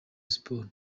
sports